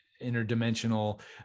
interdimensional